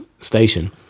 station